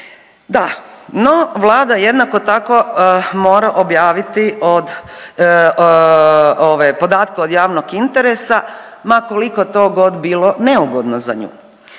Da. No, Vlada jednako tako mora objaviti podatke od javnog interesa ma koliko to god bilo neugodno za nju.